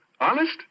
Honest